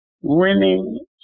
winning